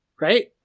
right